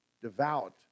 devout